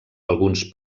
alguns